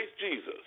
Jesus